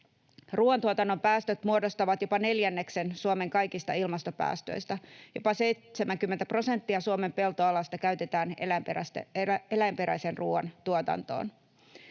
Ruuantuotannon päästöt muodostavat jopa neljänneksen Suomen kaikista ilmastopäästöistä. Jopa 70 prosenttia Suomen peltoalasta käytetään eläinperäisen ruuan tuotantoon.